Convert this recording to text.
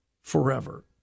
forever